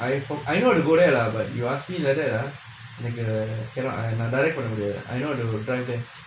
I am from I know how to go there lah but you ask me like that ah cannot ah நா:naa direct ah முடியாது:mudiyaathu I know it will